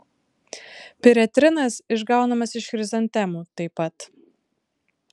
piretrinas išgaunamas iš chrizantemų taip pat